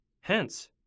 Hence